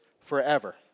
forever